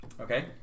Okay